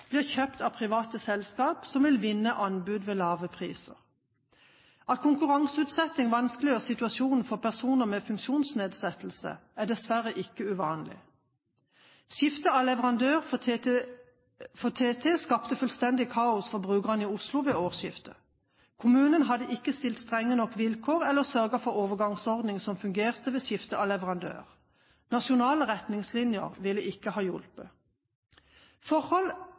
blir kjøpt av private selskap som vil vinne anbud ved lave priser. At konkurranseutsetting vanskeliggjør situasjonen for personer med funksjonsnedsettelse, er dessverre ikke uvanlig. Skifte av leverandør for TT skapte fullstendig kaos for brukerne i Oslo ved årsskiftet. Kommunen hadde ikke stilt strenge nok vilkår eller sørget for overgangsordning som fungerte ved skifte av leverandør. Nasjonale retningslinjer ville ikke ha